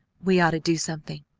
we ought to do something.